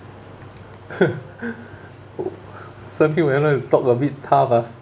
w~ suddenly one hour talk a bit tough ah